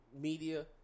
media